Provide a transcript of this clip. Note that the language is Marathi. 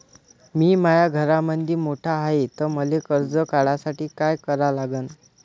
मी माया घरामंदी मोठा हाय त मले कर्ज काढासाठी काय करा लागन?